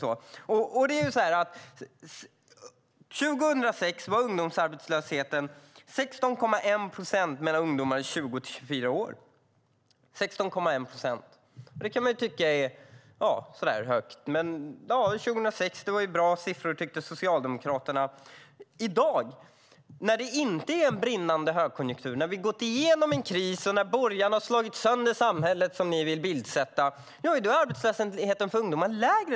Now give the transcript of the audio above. År 2006 var arbetslösheten 16,1 procent bland ungdomar mellan 16 och 24 år. Det kan man tycka är högt, men 2006 tyckte Socialdemokraterna att det var en bra siffra. I dag, när det inte är brinnande högkonjunktur, när vi har gått igenom en kris och när borgarna, som ni säger, har slagit sönder samhället - ja, då är arbetslösheten för ungdomar lägre!